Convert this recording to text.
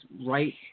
right